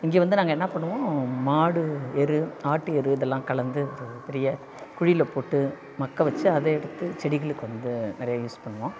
இங்கே வந்து நாங்கள் என்ன பண்ணுவோம் மாடு எரு ஆட்டு எரு இதெல்லாம் கலந்து பெரிய குழியில் போட்டு மக்க வச்சு அதை எடுத்து செடிகளுக்கு வந்து நிறைய யூஸ் பண்ணுவோம்